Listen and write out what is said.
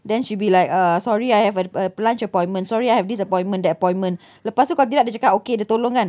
then she will be like uh sorry I have a a lunch appointment sorry I have this appointment that appointment lepas tu kalau tidak dia cakap okay dia tolong kan